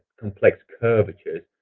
complex curvatures,